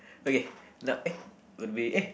okay no eh would be eh